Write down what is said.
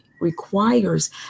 requires